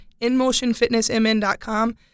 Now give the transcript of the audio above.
inmotionfitnessmn.com